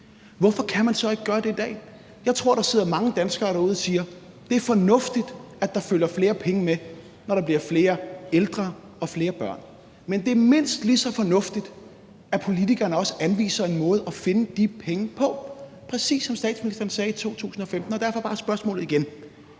Hvorfor kan man så ikke gøre det i dag? Jeg tror, der sidder mange danskere derude, der siger: Det er fornuftigt, at der følger flere penge med, når der bliver flere ældre og flere børn, men det er mindst lige så fornuftigt, at politikerne også anviser en måde at finde de penge på – præcis som statsministeren sagde i 2015. Derfor vil jeg bare stille spørgsmålet igen: